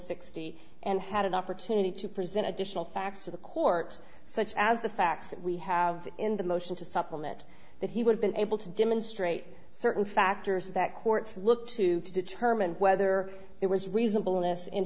sixty and had an opportunity to present additional facts to the court such as the facts that we have in the motion to supplement that he would been able to demonstrate certain factors that courts look to determine whether there was reasonable innes in